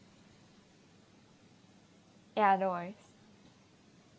ya otherwise